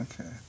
Okay